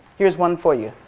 here's one for you.